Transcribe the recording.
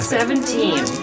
Seventeen